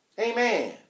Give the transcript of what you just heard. Amen